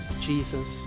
Jesus